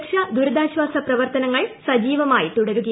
രക്ഷാ ദുരിതാശ്വാസ പ്രവർത്തനങ്ങൾ സജ്ീവമായി തുടരുന്നു